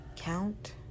count